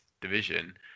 division